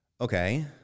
Okay